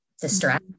distress